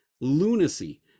lunacy